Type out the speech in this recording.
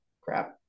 crap